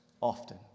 often